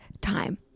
time